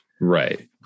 Right